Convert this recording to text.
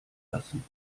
lassen